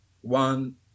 one